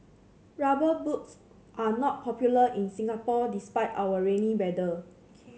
rubber boots are not popular in Singapore despite our rainy weather